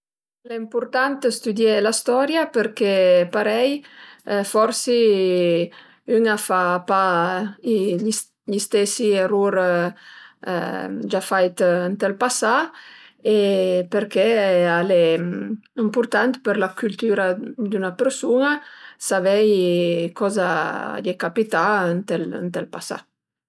Al e ëmpurtant stüdié la storia përché parei forsi ün a fa pa gli stesi erur già fait ënt ël pasà e përché al e ëmpurtant për la cültüra d'üna persun-a savei coza a ie capità ënt ël pasà